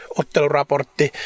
otteluraportti